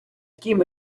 тім